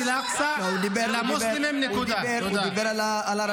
למה אתה